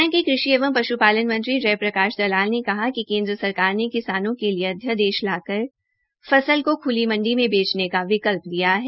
हरियाणा के कृषि एवं पशुपालन मंत्री जयप्रकाश दलाल ने कहा कि केंद्र सरकार ने किसानों के लिए अध्ययादेश लाकर फसल को खुली मंडी में बेचने का विकल्प दिया है